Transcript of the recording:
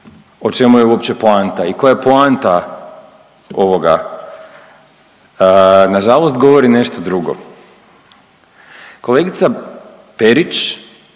o čemu je uopće poanta i koja je poanta ovoga nažalost govori nešto drugo. Kolegica Perić